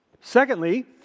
Secondly